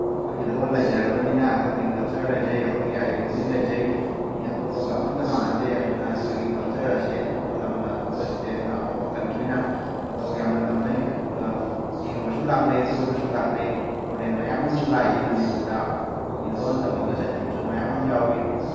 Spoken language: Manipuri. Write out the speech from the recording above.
ꯑꯩꯈꯣꯏꯒꯤ ꯂꯣꯜ ꯂꯩꯖꯔꯕꯅꯤꯅ ꯑꯩꯈꯣꯏꯒꯤ ꯀꯜꯆꯔ ꯂꯩꯖꯩ ꯑꯩꯈꯣꯏꯒꯤ ꯑꯥꯏꯗꯦꯟꯇꯤꯇꯤ ꯂꯩꯖꯩ ꯃꯤ ꯑꯇꯣꯞꯄꯒ ꯑꯃꯇ ꯃꯥꯟꯅꯗꯦ ꯑꯗꯨꯅ ꯑꯩꯈꯣꯏꯒꯤ ꯀꯜꯆꯔꯁꯤ ꯑꯇꯣꯞꯄ ꯂꯝꯅ ꯑꯇꯣꯞꯄ ꯏꯁꯇꯦꯠꯅ ꯑꯇꯣꯞꯄ ꯀꯟꯇ꯭ꯔꯤꯅ ꯃꯇꯧ ꯌꯥꯝꯅ ꯇꯝꯅꯩ ꯑꯗꯨꯒ ꯌꯦꯡꯕꯁꯨ ꯂꯥꯛꯅꯩ ꯀꯣꯏꯕꯁꯨ ꯂꯥꯛꯅꯩ ꯐꯣꯔꯦꯟ ꯌꯥꯝ ꯑꯃꯁꯨ ꯂꯥꯛꯏ ꯃꯅꯤꯄꯨꯔꯗ ꯑꯩꯈꯣꯏꯒꯤ ꯂꯣꯜ ꯇꯝꯃꯒ ꯆꯠꯈꯤꯕꯁꯨ ꯃꯌꯥꯝ ꯑꯃ ꯌꯥꯎꯋꯤ